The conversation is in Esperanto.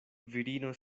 virino